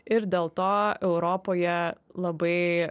ir dėl to europoje labai